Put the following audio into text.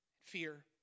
fear